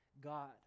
God